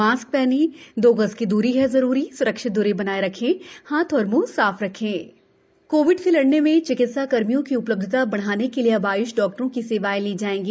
mask पहनें दो गज दूरी है जरूरी सुरक्षित दूरी बनाये रखें हाथ और मुंह साफ रखें आय्ष उपचार कोविड से लडने में चिकित्सा कर्मियों की उपलब्धता बढाने के लिए अब आयुष डाक्टरों की सेवायें ली जाएगी